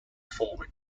forward